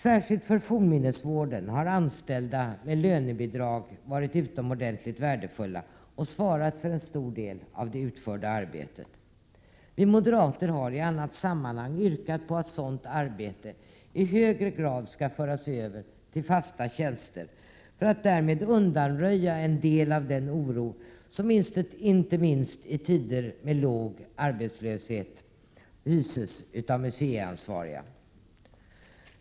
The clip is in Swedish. Särskilt för fornminnesvården har anställda med lönebidrag varit utomordentligt värdefulla och svarat för en stor del av det utförda arbetet. Vi moderater har i annat sammanhang yrkat på att sådant arbete i högre grad skall föras över till fasta tjänster för att man därmed skall undanröja en del av den oro som inte minst i tider med låg arbetslöshet hyses av museiansvariga.